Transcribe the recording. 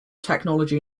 technology